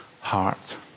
heart